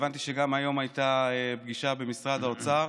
הבנתי שגם היום הייתה פגישה במשרד האוצר,